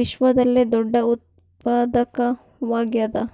ವಿಶ್ವದಲ್ಲೆ ದೊಡ್ಡ ಉತ್ಪಾದಕವಾಗ್ಯಾದ